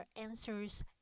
answers